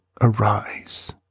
arise